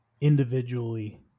individually